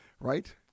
right